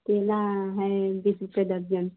केला है बीस रुपया दर्जन